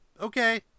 Okay